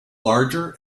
larger